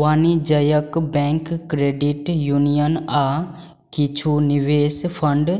वाणिज्यिक bank, credit union आ किछु निवेश फंड